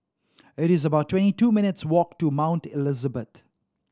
it is about twenty two minutes' walk to Mount Elizabeth